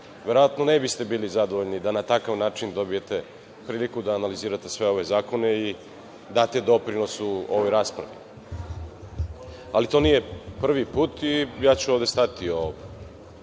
verovatno ne biste bili zadovoljni da na takav način dobijete priliku da analizirate sve ove zakone i date doprinos u ovoj raspravi. Ali, to nije prvi put i ja ću ovde stati o